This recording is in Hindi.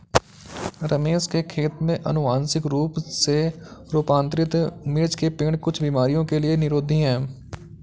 रमेश के खेत में अनुवांशिक रूप से रूपांतरित मिर्च के पेड़ कुछ बीमारियों के लिए निरोधी हैं